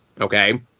Okay